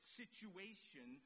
situation